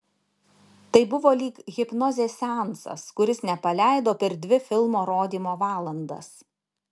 tai buvo lyg hipnozės seansas kuris nepaleido per dvi filmo rodymo valandas